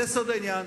זה סוד העניין.